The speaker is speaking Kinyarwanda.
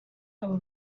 abo